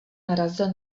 narazil